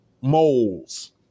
moles